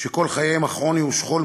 שכל חייהם אך עוני ושכול,